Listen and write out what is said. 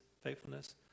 faithfulness